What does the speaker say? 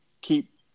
keep